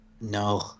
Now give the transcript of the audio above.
No